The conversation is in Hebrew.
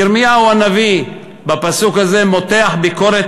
ירמיהו הנביא, בפסוק הזה, מותח ביקורת